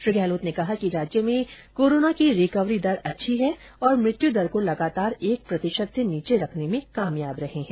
श्री गहलोत ने कहा कि राज्य में कोरोना की रिकवरी दर अच्छी है और मृत्यु दर को लगातार एक प्रतिशत से नीचे रखने में कामयाब रहे हैं